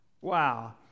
wow